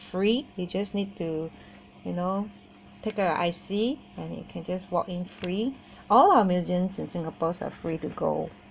free you just need to you know pick up your I_C and you can just walk in free all our museum in singapore are free to go so